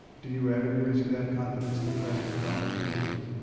do you have any reason to have confidence that president trump will continue it?